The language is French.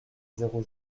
zéro